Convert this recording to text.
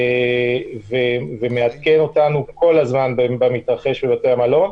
הם מעדכנים אותנו כל הזמן במה שמתרחש בבתי המלון,